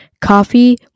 Coffee